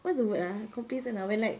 what's the word ah complacent uh when like